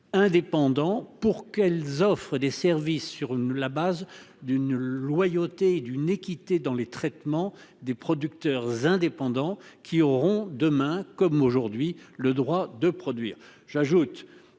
indépendants pour qu'elles offrent des services sur une la base d'une loyauté et d'une équité dans les traitements des producteurs indépendants qui auront demain comme aujourd'hui le droit de produire. J'ajoute